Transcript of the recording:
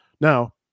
Now